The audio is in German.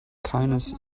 keines